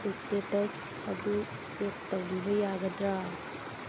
status ꯑꯗꯨ check ꯇꯧꯕꯤꯕ ꯌꯥꯒꯗ꯭ꯔꯥ